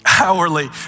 hourly